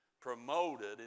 promoted